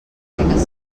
fabricant